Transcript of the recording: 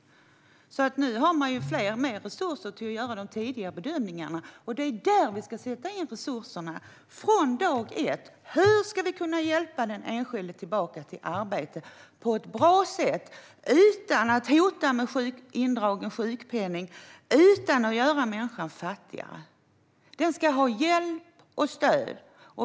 Nu har man mer resurser att göra de tidiga bedömningarna. Det är där vi ska sätta in resurserna från dag ett. Hur ska vi kunna hjälpa den enskilde tillbaka till arbete på ett bra sätt utan att hota med indragen sjukpenning och utan att göra människan fattigare? Den ska ha hjälp och stöd.